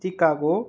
Chicago